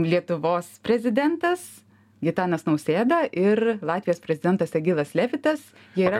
lietuvos prezidentas gitanas nausėda ir latvijos prezidentas egilas levitas jie yra